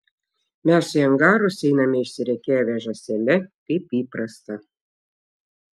mes į angarus einame išsirikiavę žąsele kaip įprasta